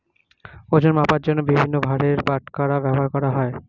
ওজন মাপার জন্য বিভিন্ন ভারের বাটখারা ব্যবহার করা হয়